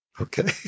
Okay